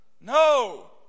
No